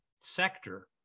sector